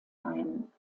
ein